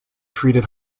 treated